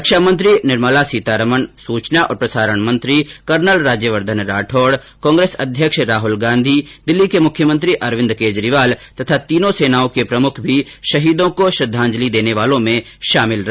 रक्षा मंत्री निर्मला सीतारमण सुचना और प्रसारण मंत्री कर्नल राज्यवर्द्वन राठौड कांग्रेस अध्यक्ष राहुल गांधी दिल्ली के मुख्यमंत्री अरविंद केजरीवाल तथा तीनों सेनाओं के प्रमुख भी शहीदों को श्रद्दाजंलि देने वालों में शामिल रहे